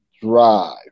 drive